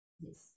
Yes